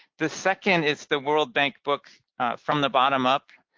the second is the world bank book from the bottom up,